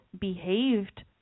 behaved